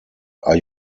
are